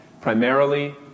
primarily